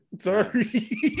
Sorry